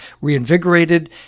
reinvigorated